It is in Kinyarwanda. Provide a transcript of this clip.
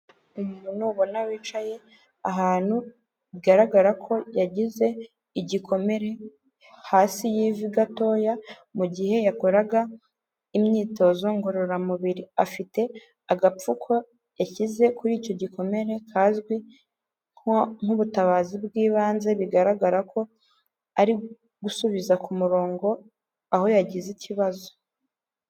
Umuntu ubona wicaye, ahantu bigaragara ko yagize igikomere, hasi y'ivi gatoya, mu gihe yakoraga imyitozo ngororamubiri, afite agapfuko yashyize kuri icyo gikomere kazwi nk'ubutabazi bw'ibanze, bigaragara ko ari gusubiza ku murongo aho yagize ikibazo.